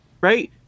right